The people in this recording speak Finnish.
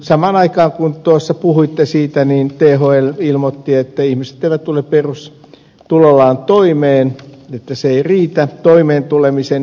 samaan aikaan kun tuossa puhuitte siitä niin thl ilmoitti että ihmiset eivät tule perustulollaan toimeen että se ei riitä toimeen tulemiseen elämiseen